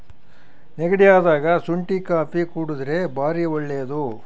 ನೆಗಡಿ ಅದಾಗ ಶುಂಟಿ ಕಾಪಿ ಕುಡರ್ದೆ ಬಾರಿ ಒಳ್ಳೆದು